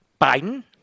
Biden